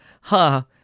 ha